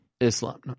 Islam